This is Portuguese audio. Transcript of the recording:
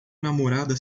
namorada